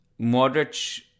Modric